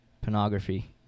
pornography